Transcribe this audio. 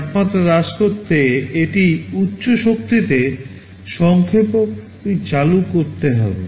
তাপমাত্রা হ্রাস করতে এটি উচ্চ শক্তিতে সংক্ষেপকটি চালু করতে হবে